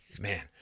man